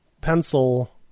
pencil